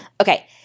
Okay